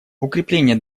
укрепление